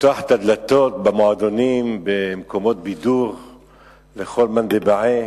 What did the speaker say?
לפתוח את הדלתות במועדונים במקומות בידור לכל מאן דבעי,